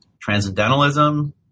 transcendentalism